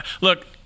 look